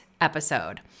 episode